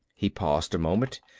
he paused a moment.